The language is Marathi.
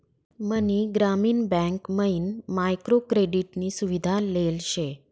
मनी ग्रामीण बँक मयीन मायक्रो क्रेडिट नी सुविधा लेल शे